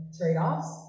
trade-offs